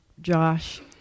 Josh